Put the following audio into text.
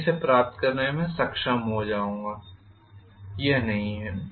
तब मैं इस से प्राप्त करने में सक्षम हो जाउँगा यह नहीं है